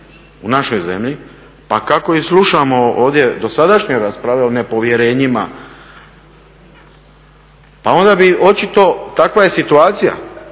u našoj zemlji pa kako i slušamo ovdje dosadašnje rasprave o nepovjerenjima pa onda bi očito, takva je situacija,